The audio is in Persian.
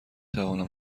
توانم